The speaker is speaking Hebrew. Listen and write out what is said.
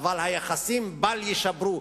אבל היחסים בל-יישברו.